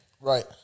Right